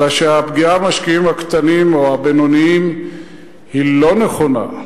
אלא שהפגיעה במשקיעים הקטנים או הבינוניים היא לא נכונה,